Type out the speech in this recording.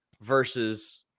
versus